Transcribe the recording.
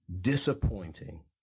disappointing